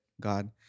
God